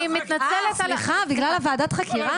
אה סליחה, בגלל ועדת החקירה.